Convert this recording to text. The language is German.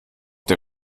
der